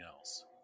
else